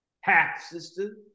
Half-sister